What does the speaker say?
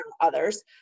others